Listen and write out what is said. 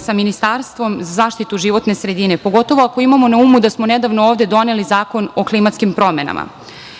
sa Ministarstvom za zaštitu životne sredine, pogotovo ako imamo na umu da smo nedavno ovde doneli Zakon o klimatskim promenama.